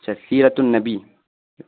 اچھا سیرت النبی